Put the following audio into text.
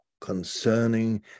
concerning